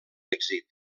èxit